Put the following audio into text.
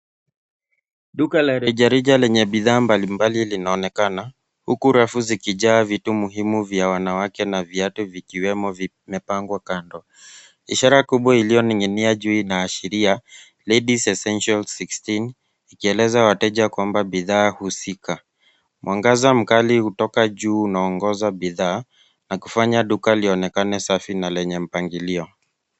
Duka la rejareja lenye bidhaa mbalimbali linaonekana huku rafu zikijaa vitu muhimu ya wanawake na viatu vikiwemo vimepangwa kando. Ishara kubwa iliyoning'inia juu inaashiria ladies essential sixteen ikieleza wateja kwamba bidhaa husika. Mwangaza kali toka juu unaongoza bidhaa na kufanya duka lionekane safi na lenye mpangilio.